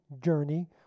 Journey